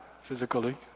physically